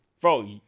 bro